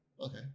okay